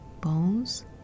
bones